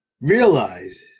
Realize